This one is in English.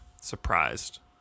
surprised